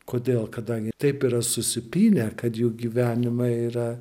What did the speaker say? kodėl kadangi taip yra susipynę kad jų gyvenimai yra